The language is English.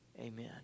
Amen